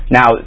Now